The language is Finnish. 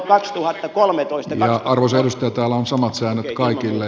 arvoisa edustaja täällä on samat säännöt kaikille